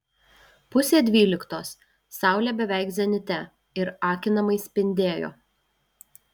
pusė dvyliktos saulė beveik zenite ir akinamai spindėjo